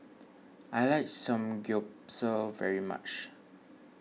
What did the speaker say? I like Samgyeopsal very much